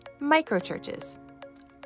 Microchurches